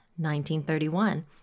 1931